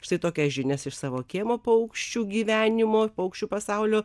štai tokias žinias iš savo kiemo paukščių gyvenimo paukščių pasaulio